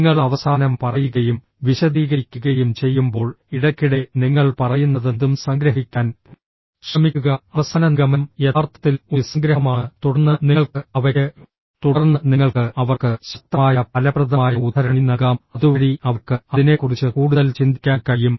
നിങ്ങൾ അവസാനം പറയുകയും വിശദീകരിക്കുകയും ചെയ്യുമ്പോൾ ഇടയ്ക്കിടെ നിങ്ങൾ പറയുന്നതെന്തും സംഗ്രഹിക്കാൻ ശ്രമിക്കുക അവസാന നിഗമനം യഥാർത്ഥത്തിൽ ഒരു സംഗ്രഹമാണ് തുടർന്ന് നിങ്ങൾക്ക് അവയ്ക്ക് തുടർന്ന് നിങ്ങൾക്ക് അവർക്ക് ശക്തമായ ഫലപ്രദമായ ഉദ്ധരണി നൽകാം അതുവഴി അവർക്ക് അതിനെക്കുറിച്ച് കൂടുതൽ ചിന്തിക്കാൻ കഴിയും